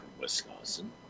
Wisconsin